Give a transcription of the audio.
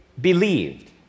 believed